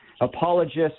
apologists